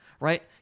right